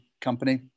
company